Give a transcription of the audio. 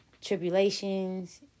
tribulations